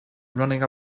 running